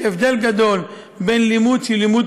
יש הבדל גדול בין לימוד שהוא לימוד